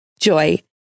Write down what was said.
Joy